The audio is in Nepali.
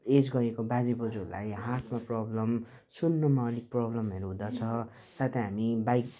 एज भएको बाजेबोजूहरूलाई हार्टमा प्रब्लम सुन्नुमा अलिक प्रब्लमहरू हुँदछ साथै हामी बाइक